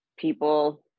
people